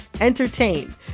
entertain